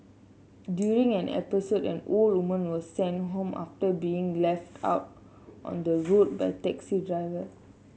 during an episode an old woman was sent home after being left out on the road by a taxi driver